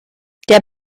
der